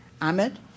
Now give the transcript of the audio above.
Ahmed